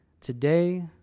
today